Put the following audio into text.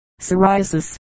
Psoriasis